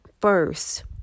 first